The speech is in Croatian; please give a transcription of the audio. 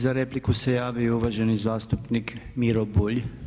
Za repliku se javio uvaženi zastupnik Miro Bulj.